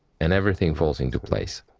and everything falls into place.